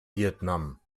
vietnam